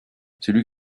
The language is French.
celui